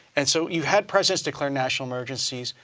and so you had presidents declare national emergencies,